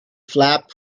flap